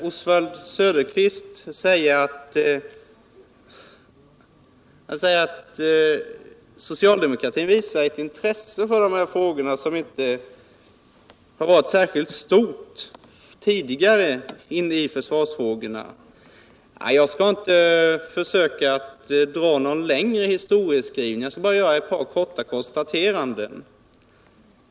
Oswald Söderqvist sade att socialdemokratin nu visar ett intresse för de här frågorna men att intresset för försvarsfrågor tidigare inte varit särskilt stort. Jag skall inte försöka mig på någon längre historieskrivning utan bara göra ett par korta konstateranden.